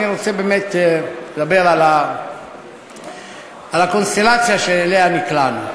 אני רוצה באמת לדבר על הקונסטלציה שאליה נקלענו.